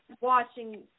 watching